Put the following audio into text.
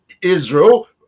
israel